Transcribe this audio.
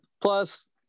plus